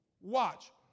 Watch